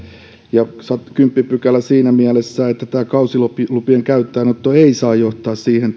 ja kymmenes pykälä siinä mielessä että kausilupien käyttöönotto ei saa johtaa siihen